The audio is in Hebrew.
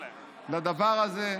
לדבר הזה.